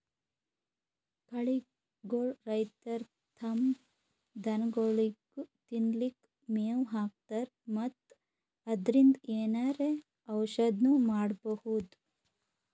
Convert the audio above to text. ಕಳಿಗೋಳ್ ರೈತರ್ ತಮ್ಮ್ ದನಗೋಳಿಗ್ ತಿನ್ಲಿಕ್ಕ್ ಮೆವ್ ಹಾಕ್ತರ್ ಮತ್ತ್ ಅದ್ರಿನ್ದ್ ಏನರೆ ಔಷದ್ನು ಮಾಡ್ಬಹುದ್